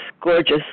gorgeous